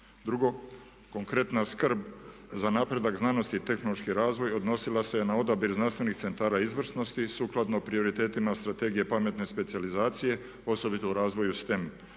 Drugo, konkretna skrb za napredak znanosti i tehnološki razvoj odnosila se na odabir znanstvenih centara izvrsnosti sukladno prioritetima strategije pametne specijalizacije osobito u razdoblju STEM